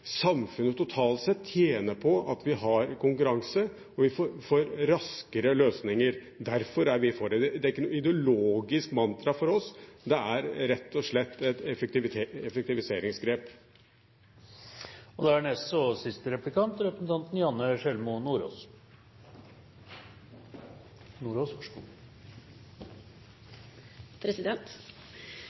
samfunnet totalt sett tjener på at vi har konkurranse, og vi får raskere løsninger. Derfor er vi for det. Det er ikke noe ideologisk mantra for oss. Det er rett og slett et effektiviseringsgrep.